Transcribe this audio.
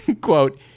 quote